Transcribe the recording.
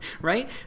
right